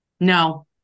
No